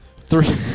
Three